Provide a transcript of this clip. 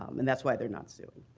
um and that's why they're not suing.